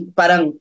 parang